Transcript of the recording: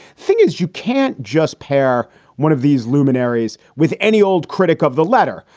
thing is, you can't just pair one of these luminaries with any old critic of the letter,